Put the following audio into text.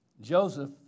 Joseph